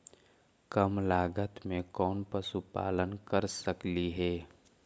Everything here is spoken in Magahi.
कम लागत में कौन पशुपालन कर सकली हे?